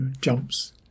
jumps